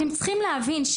אתם צריכים להבין,